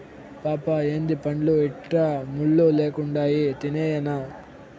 పాపా ఏందీ పండ్లు ఇట్లా ముళ్ళు లెక్కుండాయి తినేయ్యెనా